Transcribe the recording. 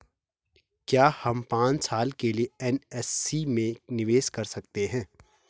क्या हम पांच साल के लिए एन.एस.सी में निवेश कर सकते हैं?